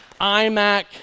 iMac